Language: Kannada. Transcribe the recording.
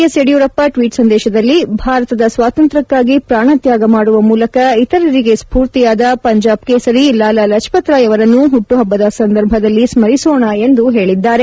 ಎಸ್ ಯಡಿಯೂರಪ್ಪ ಟ್ವೀಟ್ ಸಂದೇಶದಲ್ಲಿ ಭಾರತದ ಸ್ವಾತಂತ್ರ್ಕಕ್ಕಾಗಿ ಪ್ರಣತ್ಯಾಗ ಮಾಡುವ ಮೂಲಕ ಇತರರಿಗೆ ಸ್ಪೂರ್ತಿಯಾದ ಪಂಜಾಬ್ ಕೇಸರಿ ಲಾಲಾ ಲಜಪತ್ ರಾಯ್ ಅವರನ್ನು ಹುಟ್ಟುಹಬ್ಬದ ಸಂದರ್ಭದಲ್ಲಿ ಸ್ಕರಿಸೋಣ ಎಂದು ತಿಳಿಸಿದ್ದಾರೆ